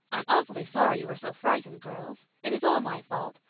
i'm awfully sorry you were so frightened, girls. it is all my fault.